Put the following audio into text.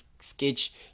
sketch